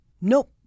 nope